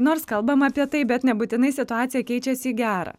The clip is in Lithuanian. nors kalbama apie tai bet nebūtinai situacija keičiasi į gerą